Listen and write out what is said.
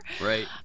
Right